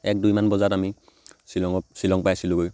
এক দুইমান বজাত আমি শ্বিলঙত শ্বিলং পাইছিলোঁগৈ